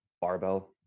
barbell